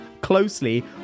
closely